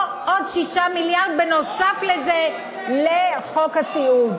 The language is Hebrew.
או עוד 6 מיליארד נוסף על זה לחוק הסיעוד.